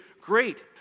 Great